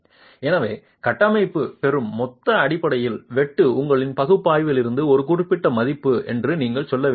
எனவே கட்டமைப்பு பெறும் மொத்த அடிப்படை வெட்டு உங்கள் பகுப்பாய்விலிருந்து ஒரு குறிப்பிட்ட மதிப்பு என்று நீங்கள் சொல்ல வேண்டியிருக்கும்